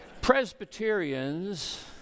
Presbyterians